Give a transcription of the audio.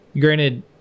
granted